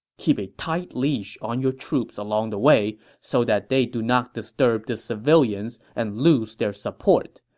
keep a tight leash on your troops along the way so that they do not disturb the civilians and lose their support.